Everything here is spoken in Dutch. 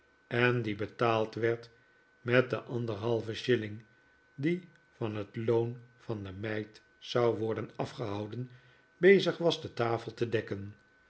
en die betaald werd met de anderhalve shilling die van het loon van de meid zou worden afgehouden bezig was de tafel te dekken